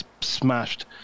smashed